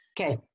Okay